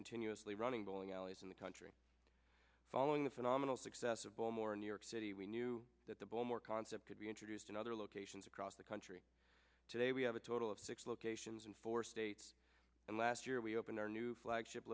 continuously running bowling alleys in the country following the phenomenal success of baltimore new york city we knew that the bowmore concept could be introduced in other locations across the country today we have a total of six locations in four states and last year we opened our new flagship